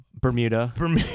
Bermuda